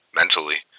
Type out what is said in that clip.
mentally